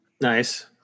nice